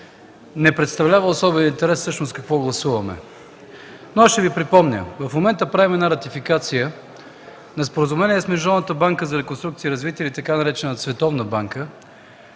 не представлява особен интерес всъщност какво гласуваме, но аз ще Ви припомня. В момента правим една ратификация на Споразумение с Международната банка за реконструкция и развитие или така наречената „Световна банка”